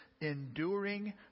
enduring